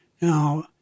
now